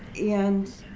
and